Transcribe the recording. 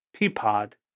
Peapod